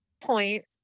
point